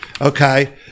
okay